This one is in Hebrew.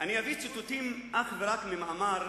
אני אביא ציטוטים אך ורק ממאמר,